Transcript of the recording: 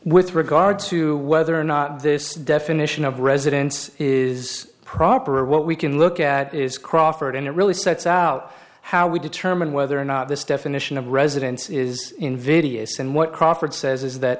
with regard to whether or not this definition of residence is proper what we can look at is crawford and it really sets out how we determine whether or not this definition of residence is invidious and what crawford says is that